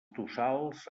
tossals